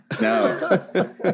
No